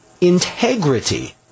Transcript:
integrity